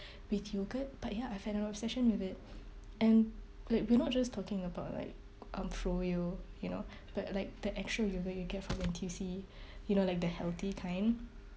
with yogurt but ya I have an obsession with it and like we're not just talking about like um froyo you know but like the actual yogurt you get from N_T_U_C you know like the healthy kind